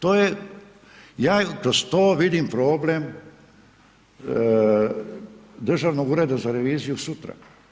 To je ja kroz to vidim problem, Državnog ureda za reviziju sutra.